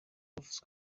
abavuga